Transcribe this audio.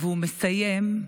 והוא מסיים: